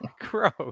Gross